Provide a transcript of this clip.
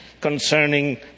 concerning